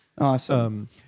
Awesome